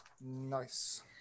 nice